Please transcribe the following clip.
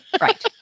Right